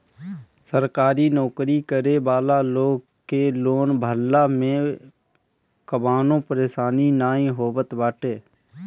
सरकारी नोकरी करे वाला लोग के लोन भरला में कवनो परेशानी नाइ आवत बाटे